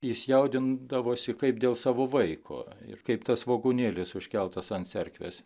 jis jaudindavosi kaip dėl savo vaiko ir kaip tas svogūnėlis užkeltas ant cerkvės